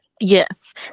Yes